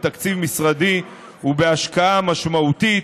בתקציב משרדי ובהשקעה משמעותית,